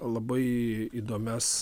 labai įdomias